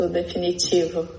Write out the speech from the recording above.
definitivo